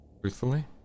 Truthfully